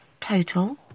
total